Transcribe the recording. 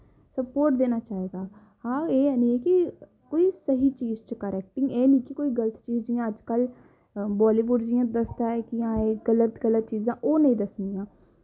sport देना चाहिदा हां एह् ऐ कि कोई स्हेई चीज च करै एह् निं कि कोई गल्त चीज जि'यां अजकल बॉल्लीबुड जि'यां दसदा ऐ गल्त गल्त चीजां ओह् नेईं दस्सनियां